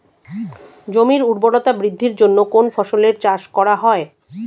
জমির উর্বরতা বৃদ্ধির জন্য কোন ফসলের চাষ করা হয়?